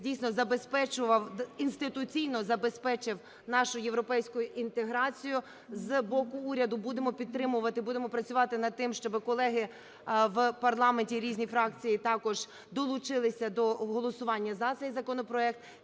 інституційно забезпечив нашу європейську інтеграцію. З боку уряду будемо підтримувати, будемо працювати над тим, щоби колеги в парламенті, різні фракції також долучилися до голосування за цей законопроект.